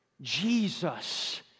Jesus